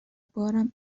بارم